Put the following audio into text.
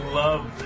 love